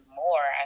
more